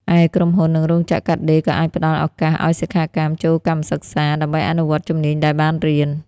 ឯក្រុមហ៊ុន និងរោងចក្រកាត់ដេរក៏អាចផ្តល់ឱកាសឱ្យសិក្ខាកាមចូលកម្មសិក្សា ដើម្បីអនុវត្តជំនាញដែលបានរៀន។